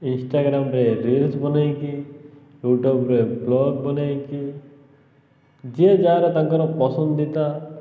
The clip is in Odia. ଇନଷ୍ଟାଗ୍ରାମରେ ରିଲ୍ସ ବନେଇକି ୟୁଟ୍ୟୁବରେେ ବ୍ଲଗ୍ ବନେଇକି ଯିଏ ଯାହାର ତାଙ୍କର ପସନ୍ଦିତା